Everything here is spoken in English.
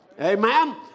Amen